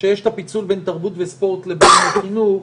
שיש את הפיצול בין תרבות וספורט לבין חינוך.